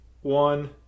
one